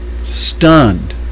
stunned